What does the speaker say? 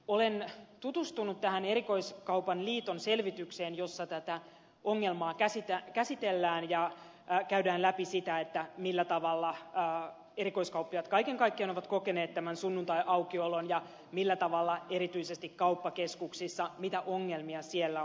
olen tutustunut tähän erikoiskaupan liiton selvitykseen jossa tätä ongelmaa käsitellään ja käydään läpi sitä millä tavalla erikoiskauppiaat kaiken kaikkiaan ovat kokeneet tämän sunnuntaiaukiolon ja millä tavalla ja mitä ongelmia erityisesti kauppakeskuksissa on ollut